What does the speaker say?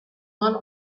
one